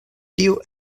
tiu